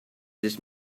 this